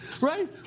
right